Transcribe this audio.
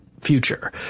future